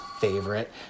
favorite